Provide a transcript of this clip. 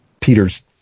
Peter's